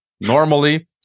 normally